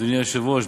אדוני היושב-ראש,